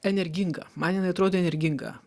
energinga man jinai atrodė energinga